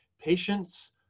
patients